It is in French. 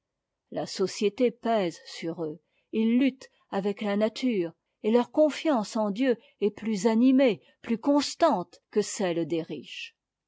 la société pèse sur eux ils luttent avec la nature et teur confiance en dieu est plus animée plus constante que celle des riches